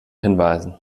hinweisen